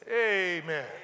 Amen